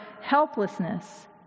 helplessness